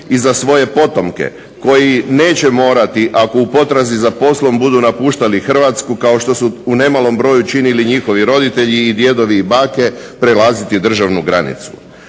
i za svoje potomke, koji neće morati ako u potrazi za poslom budu napuštali Hrvatsku kao što su u nemalom broju činili njihovi roditelji, djedovi i bake, prelaziti državnu granicu.